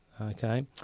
okay